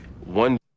One